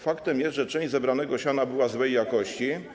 Faktem jest, że część zebranego siana była złej jakości.